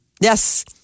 Yes